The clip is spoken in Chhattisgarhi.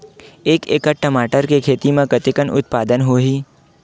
एक एकड़ टमाटर के खेती म कतेकन उत्पादन होही?